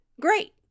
great